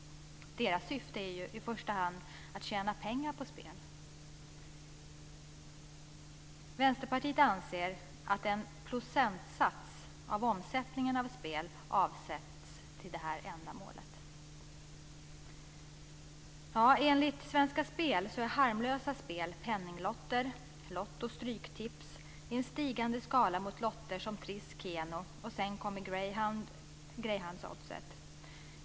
Deras syfte är i första hand att tjäna pengar på spel. Vänsterpartiet anser att en procentsats av omsättningen av spel ska avsättas till detta ändamål. Enligt Svenska Spel är harmlösa spel penninglotter, Lotto och stryktips i en stigande skala mot lotter som Triss och Keno. Sedan kommer greyhoundoddset.